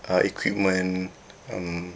uh equipment um